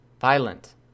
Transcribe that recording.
Violent